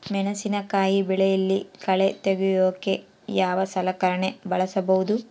ಮೆಣಸಿನಕಾಯಿ ಬೆಳೆಯಲ್ಲಿ ಕಳೆ ತೆಗಿಯೋಕೆ ಯಾವ ಸಲಕರಣೆ ಬಳಸಬಹುದು?